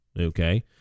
okay